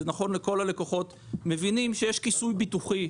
זה נכון לכל הלקוחות מבינים שיש כיסוי ביטוחי.